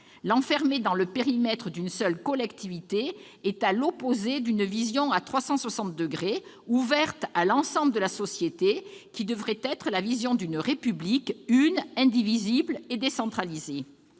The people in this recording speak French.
cet enjeu dans le périmètre d'une seule collectivité est à l'opposé de la vision à 360 degrés, ouverte à l'ensemble de la société, qui devrait être celle d'une République une, indivisible et décentralisée,